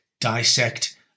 dissect